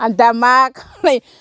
आर दा मा खालाय